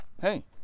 hey